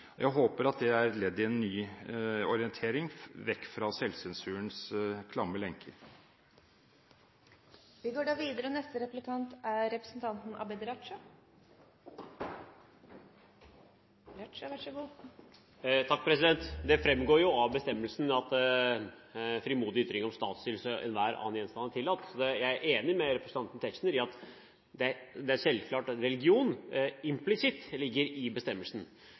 Jeg håper at det er et ledd i en ny orientering vekk fra selvsensurens klamme lenker. Det framgår jo av bestemmelsen at frimodig ytring om statsstyrelse og enhver annen gjenstand er tillatt, så jeg er enig med representanten Tetzschner i at det er selvklart at religion implisitt ligger i bestemmelsen.